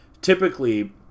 typically